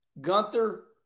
Gunther